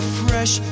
fresh